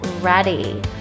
ready